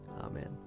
Amen